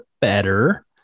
better